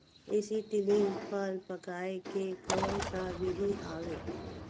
Acetylene फल पकाय के कोन सा विधि आवे?